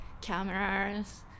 cameras